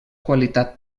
qualitat